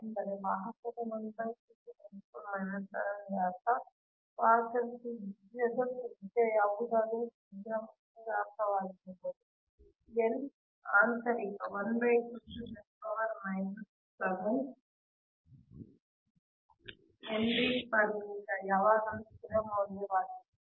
ಅಂದರೆ ವಾಹಕದ ವ್ಯಾಸ ಅಥವಾ ವಾಹಕದ ತ್ರಿಜ್ಯದ ತ್ರಿಜ್ಯ ಯಾವುದಾದರೂ ತ್ರಿಜ್ಯ ಅಥವಾ ವ್ಯಾಸವಾಗಿರಬಹುದು L ಆಂತರಿಕ ಹೆನ್ರಿ ಪರ್ ಮೀಟರ್ಯಾವಾಗಲೂ ಸ್ಥಿರ ಮೌಲ್ಯವಾಗಿರುತ್ತದೆ